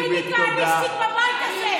הוא לא יגיד לי "כהניסטית" בבית הזה.